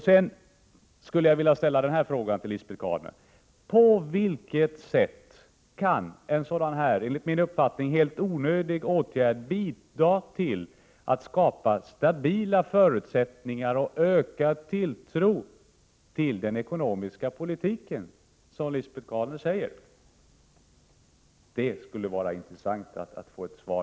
Sedan skulle jag vilja ställa den här frågan till Lisbet Calner: På vilket sätt kan en sådan här enligt min uppfattning helt onödig åtgärd bidra till att skapa stabila förutsättningar och ökad tilltro till den ekonomiska politiken, som Lisbet Calner säger? Det skulle vara intressant att få ett svar.